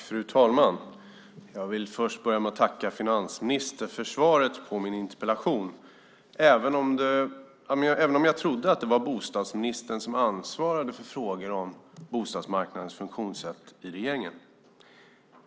Fru talman! Jag vill först tacka finansministern för svaret på min interpellation, även om jag trodde att det var bostadsministern som ansvarade för frågor om bostadsmarknadens funktionssätt i regeringen.